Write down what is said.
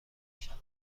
بشوند